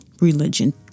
religion